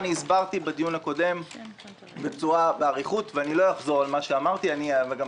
הסברתי בדיון הקודם באריכות ולא אחזור על מה שאמרתי --- אין